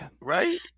Right